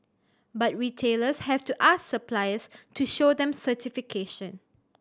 but retailers have to ask suppliers to show them certification